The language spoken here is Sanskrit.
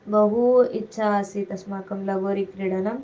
बहु इच्छा आसीत् अस्माकं लगोरि क्रीडनम्